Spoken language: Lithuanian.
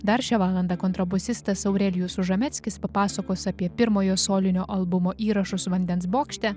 dar šią valandą kontrabosistas aurelijus užameckis papasakos apie pirmojo solinio albumo įrašus vandens bokšte